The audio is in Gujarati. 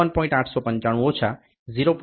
895 ઓછા 0